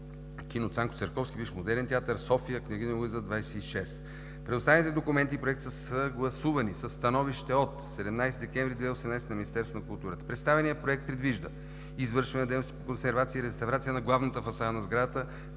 кино „Цанко Церковски“, бивш „Модерен театър“ – София, „Княгиня Мария Луиза“ № 26. Предоставените документи и проект са съгласувани със становище от 17 декември 2018 г. на Министерството на културата. Представеният проект предвижда: извършване на дейности по консервация и реставрация на главната фасада на сградата